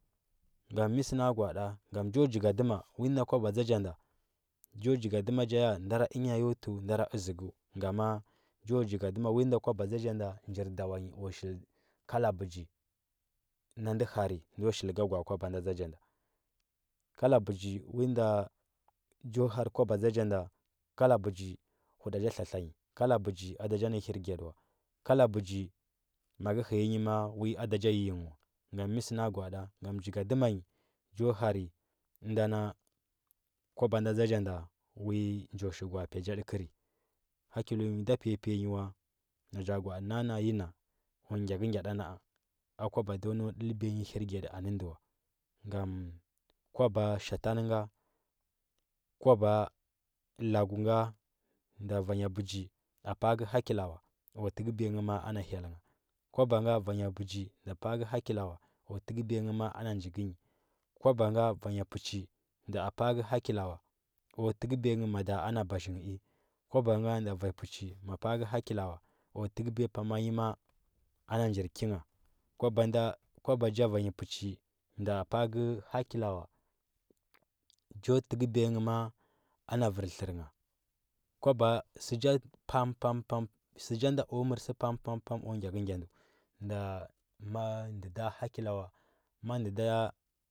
Ngam mɚ sɚna gwa aɗi ngam jo jigadi ma wi nda kwaba dȝa ja nda jo jigadima ja ya ndara ɚnya yo tuɚ ndara ɚȝɚ guɚ amma jo jigadima wi nda kwaba dȝa ja nda njir dawa o shil kala bɚgi na ndɚ harɚ ndo shili ga gwa, a kwaba nda dȝa ja nda kala bɚji wi nda jo har kwoba dȝa ja nda kala bɚgɚ huɗa ja tla tla nyi kala bɚgi ada ja na hirgyaɗi wa kala bɚgi ma ngɚ hɚya nyi mau wi ada ja yiyingn wa mɚ sɚ na gwaraɗi gam jigadima nyi jo hard ɚnda na kwaba dȝa ja nda nan jo shi gwaa piy ja ɗikɚrɚ hakilunyi da piya piya nyi wa na ja gwa aɗi ma. a na yi na o gyakɚgya ɗa na, a a kwaba do nou dɚl biya yi hirgyadi a nɚ ndɚ wa ngam kwaba shatan nga kwaba lagu nga ngam vanya bɚgi mafa ngɚ hakila ula o tɚkɚbiya nghɚ ma, a ana hyel kwaba ngha vanya bɚgi ma pa ngɚ hakiya ula otɚkɚbiya ngɚ ma. a ana nji gɚnyi kwaba aga vanya puchi da apa’a ngɚ hakila wa o tɚkɚbiya ngɚ mada ana baȝhɚni kwaba nga vanya puch ma pa ngɚ hakila o tɚkɚbiya pama nyi ma’a ana nji kingha kwaba nda kwaba ja vayni puchi ɗa para ngɚ hakila wa cho tɚkɚbiya ngɚ ma, a ana vɚr tlɚr ngha kwaba sɚ ja pam pam pam sɚ jɚ nda o mɚr sɚ pam pam pam o gyakɚgyar ndɚ nda ma ndɚ da a hakila wa ma ndɚ da